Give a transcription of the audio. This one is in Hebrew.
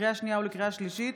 לקריאה שנייה וקריאה שלישית,